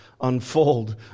unfold